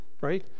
right